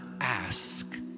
ask